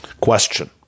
Question